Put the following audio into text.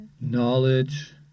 knowledge